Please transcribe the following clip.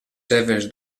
seves